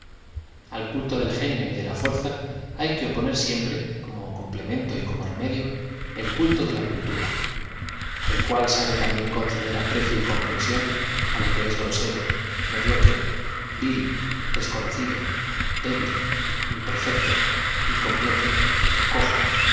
l culto del genio y de la fuerza hay que opo ner siempre como complemento y como remedio el cnltn de la cultura el cual sabe también conceder aprecio y comprensión á lo que es grosero mediocre v ilj desconocido débil im perfecto incompleto cojo